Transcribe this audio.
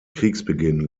kriegsbeginn